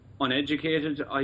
uneducated